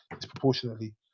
disproportionately